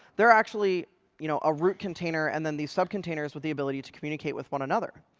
they're actually you know a root container and then these subcontainers with the ability to communicate with one another.